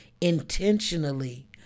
intentionally